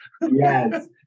Yes